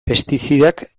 pestizidak